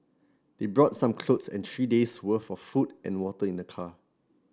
they brought some clothes and three days' worth of food and water in the car